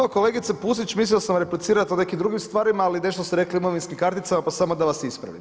Evo kolegice Pusić, mislio sam vam replicirati na nekim drugim stvarima ali nešto ste rekli o imovinskim karticama pa samo da vas ispravim.